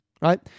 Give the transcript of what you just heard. right